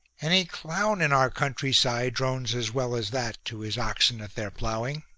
any clowti in our countryside drones as well as that to his oxen at their ploughing.